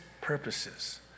purposes